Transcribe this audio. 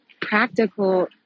practical